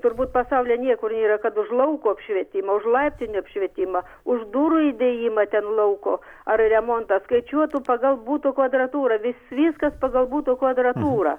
turbūt pasaulyje niekur nėra kad už lauko apšvietimą už laiptinių apšvietimą už durų įdėjimą ten lauko ar remontą skaičiuotų pagal butų kvadratūrą viskas pagal buto kvadratūra